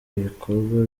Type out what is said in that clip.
ibikorwa